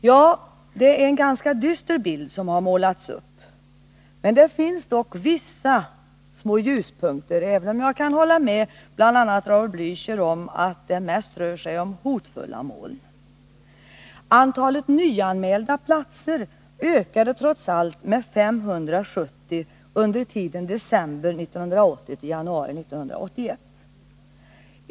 Ja, det är en ganska dyster bild som här målats upp, men det finns dock vissa små ljuspunkter, även om jag kan hålla med bl.a. Raul Blächer om att det mest rör sig om hotfulla moln. Antalet nyanmälda platser ökade trots allt med 570 under tiden december 1980 till januari 1981.